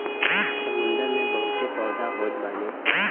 समुंदर में बहुते पौधा होत बाने